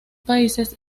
países